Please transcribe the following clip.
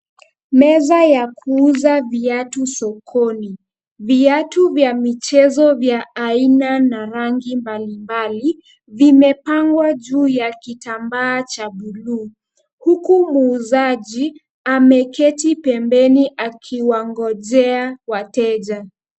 Meza ya kuuza viatu sokoni. Viatu vya michezo vya aina na rangi mbalimbali vimepangwa juu ya kitambaa cha bluu huku muuzaji ameketi pembeni akiwangojea wateja.